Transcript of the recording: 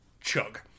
Chug